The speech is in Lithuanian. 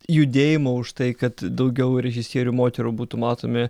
judėjimo už tai kad daugiau režisierių moterų būtų matomi